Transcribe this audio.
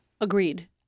Agreed